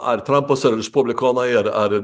ar trampas ar respublikonai ar ar